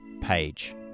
page